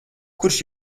kurš